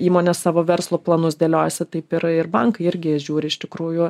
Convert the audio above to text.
įmonė savo verslo planus dėliojasi taip ir ir bankai irgi žiūri iš tikrųjų